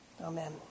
Amen